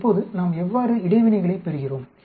இப்போது நாம் எவ்வாறு இடைவினைகளைப் பெறுகிறோம்